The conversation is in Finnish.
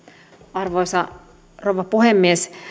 arvoisa rouva puhemies